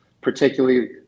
particularly